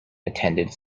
attended